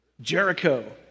Jericho